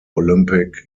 olympic